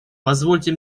позвольте